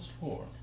four